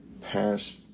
past